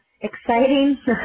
exciting